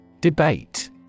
Debate